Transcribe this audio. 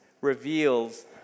reveals